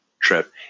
trip